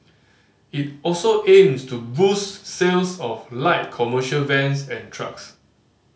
it also aims to boost sales of light commercial vans and trucks